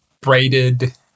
braided